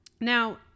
Now